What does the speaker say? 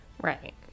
Right